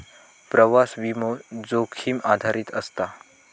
प्रवास विमो, जोखीम आधारित असता